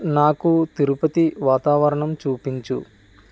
నాకు తిరుపతి వాతావరణం చూపించుము